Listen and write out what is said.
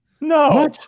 No